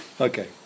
okay